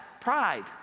pride